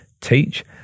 teach